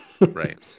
Right